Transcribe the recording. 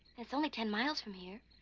it's only ten miles from here